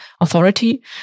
authority